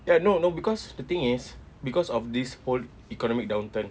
ya no no because the thing is because of this whole economic downturn